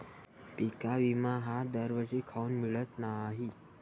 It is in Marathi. पिका विमा हा दरवर्षी काऊन मिळत न्हाई?